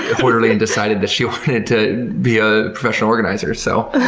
horderly and decided that she wanted to be a professional organizer. so